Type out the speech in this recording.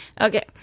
Okay